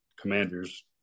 commander's